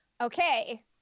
okay